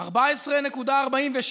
ב-14:47,